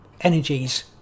energies